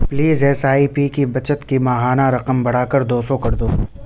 please S I P کی بچت کی ماہانہ رقم بڑھا کر دو سو کر دو